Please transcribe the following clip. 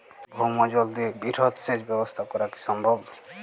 ভৌমজল দিয়ে বৃহৎ সেচ ব্যবস্থা করা কি সম্ভব?